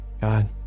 God